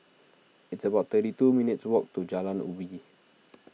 it's about thirty two minutes' walk to Jalan Ubi